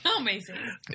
Amazing